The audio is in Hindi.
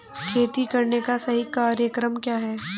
खेती करने का सही क्रम क्या है?